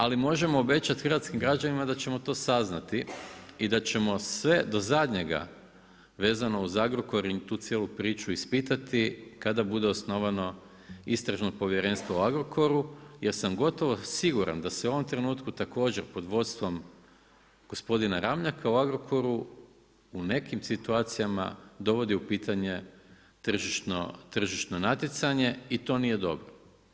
Ali možemo obećati hrvatskim građanima da ćemo to saznati i da ćemo sve do zadnjega vezano uz Agrokor i tu cijelu priču ispitati kada bude osnovano istražno povjerenstvo u Agrokoru jer sam gotovo siguran da se u ovom trenutku također pod vodstvom gospodina Ramljaka u Agrokoru, u nekim situacijama dovodi u pitanje tržišno natjecanje i to nije dobro.